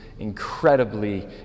incredibly